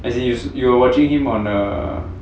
as in you're watching him on a